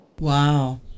Wow